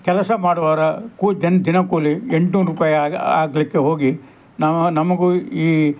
ಕೆಲಸ ಮಾಡುವವರ ಕೂ ದಿನ ದಿನಕೂಲಿ ಎಂಟುನೂರು ರೂಪಾಯಿ ಆಗ ಆಗಲಿಕ್ಕೆ ಹೋಗಿ ನಾವು ನಮಗು ಈ